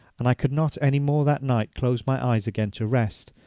and i could not any more that night close my eyes again to rest.